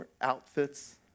outfits